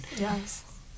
Yes